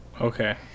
Okay